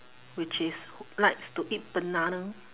which is likes to eat banana